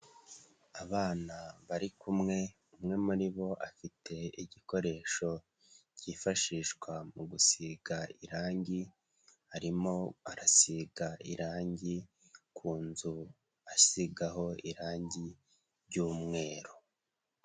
Abana bari kumwe umwe muri bo afite igikoresho cyifashishwa mu gusiga irangi, harimo arasiga irangi ku nzu asigaho irangi ry'umweru.